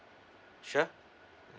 sure